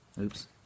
Oops